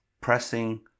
pressing